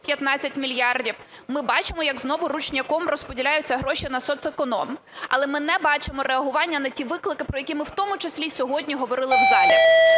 15 мільярдів, ми бачимо, як знову ручняком розподіляються гроші на соцеконом. Але ми не бачимо реагування на ті виклики, про які ми, в тому числі сьогодні, говорили в залі.